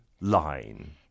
line